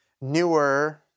newer